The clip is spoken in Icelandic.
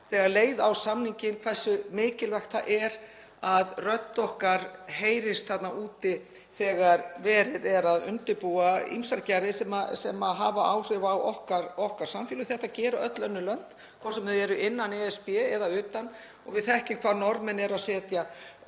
þegar liðið hefur á samninginn hversu mikilvægt það er að rödd okkar heyrist þarna úti þegar verið er að undirbúa ýmsar gerðir sem hafa áhrif á okkar samfélag. Þetta gera öll önnur lönd, hvort sem þau eru innan ESB eða utan, og við þekkjum að Norðmenn setja